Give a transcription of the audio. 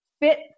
Fit